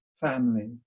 family